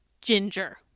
Ginger